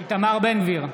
איתמר בן גביר,